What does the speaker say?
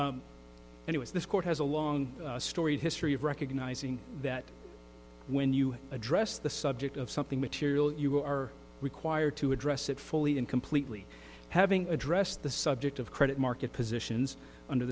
and it was this court has a long storied history of recognizing that when you address the subject of something material you are required to address it fully and completely having addressed the subject of credit market positions under